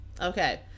Okay